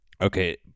Okay